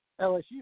LSU